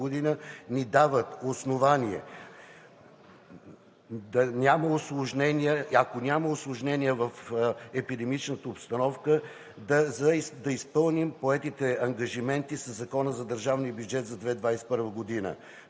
да няма усложнения, ако няма усложнения в епидемичната обстановка, да изпълним поетите ангажименти със Закона за държавния бюджет за 2021 г.